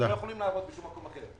הם לא יכולים לעבוד בשום מקום אחר.